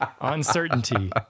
uncertainty